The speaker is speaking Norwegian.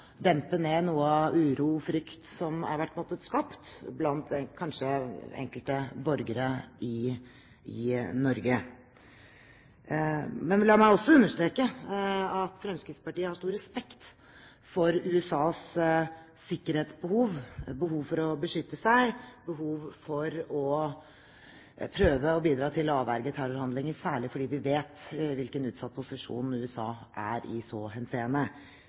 noe av den uro og frykt som kanskje er blitt skapt blant enkelte borgere i Norge. Men la meg også understreke at Fremskrittspartiet har stor respekt for USAs sikkerhetsbehov, behov for å beskytte seg, behov for å prøve å bidra til å avverge terrorhandlinger, særlig fordi vi vet hvilken utsatt posisjon USA er i i så henseende.